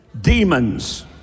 Demons